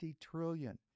trillion